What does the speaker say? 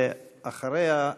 ואחריה,